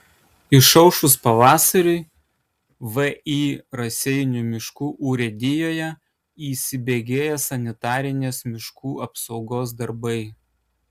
išaušus pavasariui vį raseinių miškų urėdijoje įsibėgėja sanitarinės miškų apsaugos darbai